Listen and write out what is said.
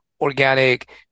organic